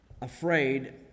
afraid